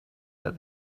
that